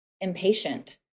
impatient